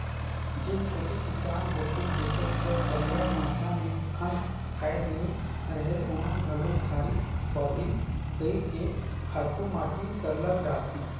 जेन छोटे किसान होथे जेकर जग बगरा मातरा में खंत खाएर नी रहें ओमन घलो उधारी बाड़ही कइर के खातू माटी सरलग डालथें